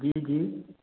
जी जी